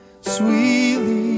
sweetly